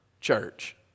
church